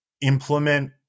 implement